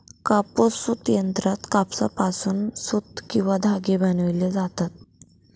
कापूस सूत यंत्रात कापसापासून सूत किंवा धागे बनविले जातात